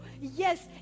Yes